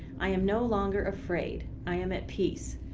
i am no longer afraid i am at peace.